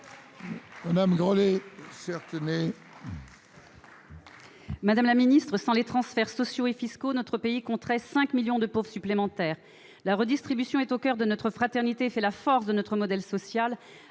Madame la ministre, sans les transferts sociaux et fiscaux, notre pays compterait 5 millions de pauvres supplémentaires. La redistribution est au coeur de notre fraternité et fait la force de notre modèle social.